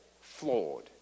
flawed